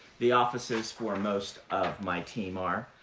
the offices for most of my team are.